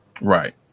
Right